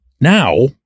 now